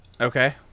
Okay